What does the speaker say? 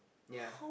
ya